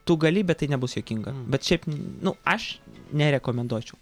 tu gali bet tai nebus juokinga bet šiaip nu aš nerekomenduočiau